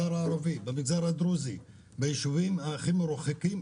הערבי, הדרוזי וביישובים הכי מרוחקים.